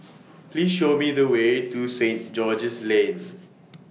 Please Show Me The Way to Saint George's Lane